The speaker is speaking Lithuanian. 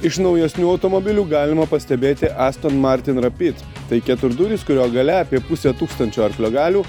iš naujesnių automobilių galima pastebėti aston martin rapid tai keturduris kurio galia apie pusė tūkstančio arklio galių